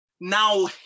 now